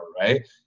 right